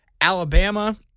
Alabama